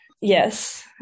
yes